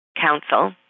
Council